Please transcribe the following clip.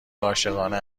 عاشقانه